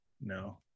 no